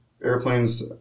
Airplanes